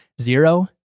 zero